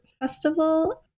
Festival